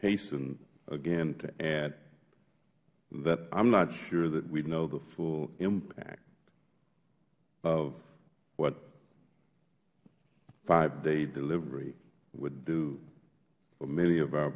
hasten again to add that i am not sure that we know the full impact of what five day delivery would do for many of our